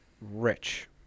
rich